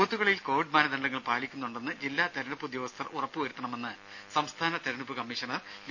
ബൂത്തുകളിൽ കോവിഡ് മാനദണ്ഡങ്ങൾ പാലിക്കുന്നുണ്ടെന്ന് ജില്ലാ തെരഞ്ഞെടുപ്പ് ഉദ്യോഗസ്ഥർ ഉറപ്പു വരുത്തണമെന്ന് സംസ്ഥാന തെരഞ്ഞെടുപ്പ് കമ്മീഷണർ വി